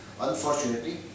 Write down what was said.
Unfortunately